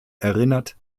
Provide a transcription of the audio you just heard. erinnert